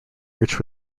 rich